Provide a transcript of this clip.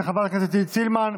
של חברת הכנסת עידית סילמן.